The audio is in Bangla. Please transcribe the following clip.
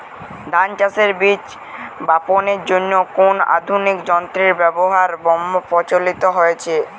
ধান চাষের বীজ বাপনের জন্য কোন আধুনিক যন্ত্রের ব্যাবহার বহু প্রচলিত হয়েছে?